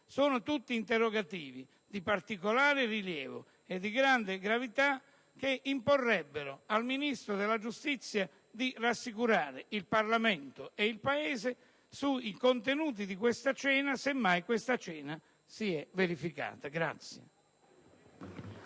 Si tratta di interrogativi di particolare rilievo e di notevole gravità, che imporrebbero al Ministro della giustizia di rassicurare il Parlamento e il Paese sui contenuti di questa cena, se mai si è verificata.